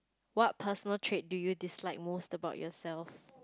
what personal trait do you dislike most about yourself